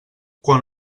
quan